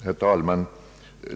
Herr talman!